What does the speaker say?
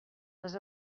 les